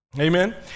Amen